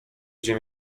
gdzie